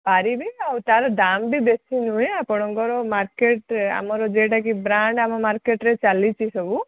ପାରିବେ ଆଉ ତା'ର ଦାମ ବି ବେଶୀ ନୁହେଁ ଆପଣଙ୍କର ମାର୍କେଟ ଆମର ଯେଉଁଟା କି ବ୍ରାଣ୍ଡ ଆମ ମାର୍କେଟରେ ଚାଲିଛି ସବୁ